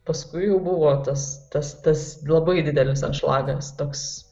paskui jau buvo tas tas tas labai didelis anšlagas toks